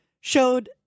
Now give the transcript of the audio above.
showed